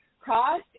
Cross